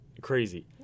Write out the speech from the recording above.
crazy